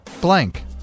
blank